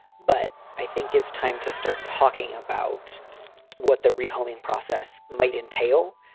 but i think it's time to start talking about what the rehanging process might entail.